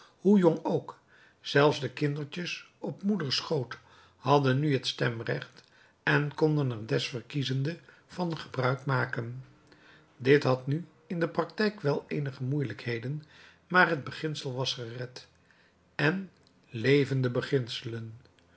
hoe jong ook zelfs de kindertjes op moeders schoot hadden nu het stemrecht en konden er desverkiezende van gebruik maken dit had nu in de praktijk wel eenige moeielijkheden maar het beginsel was gered en leven